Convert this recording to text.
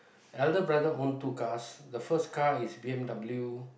elder brother own two cars the first car is B_M_W